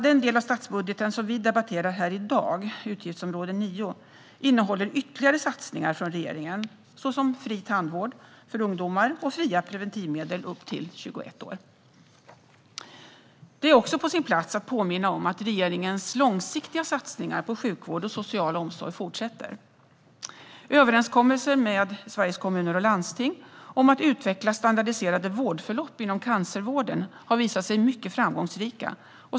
Den del av statsbudgeten som vi debatterar i dag, utgiftsområde 9, innehåller ytterligare satsningar från regeringen, såsom fri tandvård för ungdomar och fria preventivmedel för personer upp till 21 år. Det är också på sin plats att påminna om att regeringens långsiktiga satsningar på sjukvård och social omsorg fortsätter. Överenskommelser med Sveriges kommuner och landsting om att utveckla standardiserade vårdförlopp inom cancervården har visat sig mycket framgångsrika.